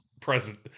present